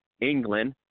England